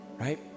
right